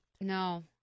No